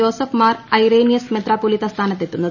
Joseph Mar Irenaeus മെത്രാപ്പൊലീത്ത സ്ഥാനത്തെട്ടുത്തുന്നത്